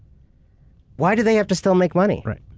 why do they have to still make money?